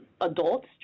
adults